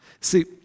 See